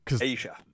Asia